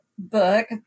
book